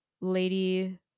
lady